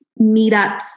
meetups